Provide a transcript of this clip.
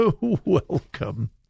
welcome